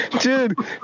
dude